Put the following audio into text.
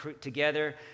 together